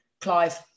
Clive